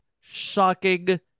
shocking